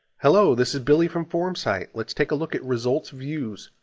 hello, this is billy from formsite. let's take a look at results views.